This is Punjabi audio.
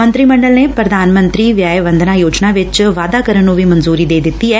ਮੰਤਰੀ ਮੰਡਲ ਨੇ ਪੁਧਾਨ ਮੰਤਰੀ ਵਿਆਇ ਵੰਦਨਾ ਯੋਜਨਾ ਵਿਚ ਵਾਧਾ ਕਰਨ ਨੂੰ ਵੀ ਮਨਜੁਰੀ ਦੇ ਦਿੱਤੀ ਐ